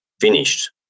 finished